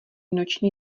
noční